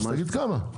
אז תגיד כמה.